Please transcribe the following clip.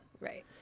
Right